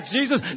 Jesus